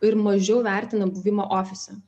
ir mažiau vertina buvimą ofise